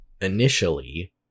initially